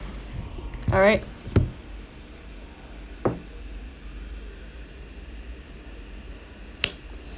alright